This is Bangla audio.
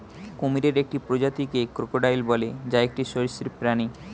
কুমিরের একটি প্রজাতিকে ক্রোকোডাইল বলে, যা একটি সরীসৃপ প্রাণী